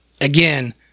Again